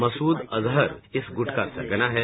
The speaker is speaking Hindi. मसूद अजहर इस गुट का सरगना है